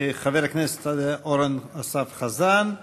חבר הכנסת אורן אסף חזן,